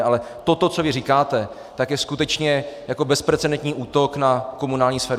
Ale toto, co vy říkáte, tak je skutečně jako bezprecedentní útok na komunální sféru.